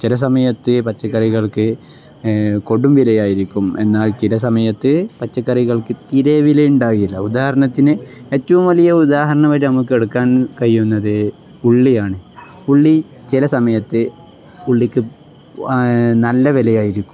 ചില സമയത്ത് പച്ചക്കറികൾക്ക് കൊടും വില ആയിരിക്കും എന്നാൽ ചില സമയത്ത് പച്ചക്കറികൾക്ക് തീരെ വില ഉണ്ടകില്ല ഉദാഹരണത്തിന് ഏറ്റവും വലിയ ഉദാഹരണമായിട്ട് നമ്മൾക്ക് എടുക്കാൻ കഴിയുന്നത് ഉള്ളിയാണ് ഉള്ളി ചില സമയത്ത് ഉള്ളിക്ക് നല്ല വിലയായിരിക്കും